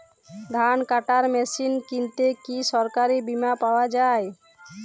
ধান কাটার মেশিন কিনতে কি সরকারী বিমা পাওয়া যায়?